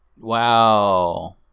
Wow